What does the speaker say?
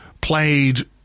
played